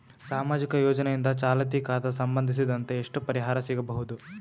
ಸಾಮಾಜಿಕ ಯೋಜನೆಯಿಂದ ಚಾಲತಿ ಖಾತಾ ಸಂಬಂಧಿಸಿದಂತೆ ಎಷ್ಟು ಪರಿಹಾರ ಸಿಗಬಹುದು?